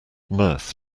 mirth